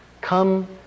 Come